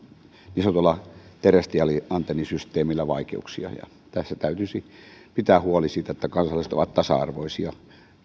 niin sanotulla terrestrial antennisysteemillä vaikeuksia tässä täytyisi pitää huoli siitä että kansalaiset ovat tasa arvoisia myös